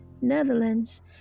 Netherlands